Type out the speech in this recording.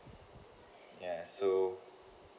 ya so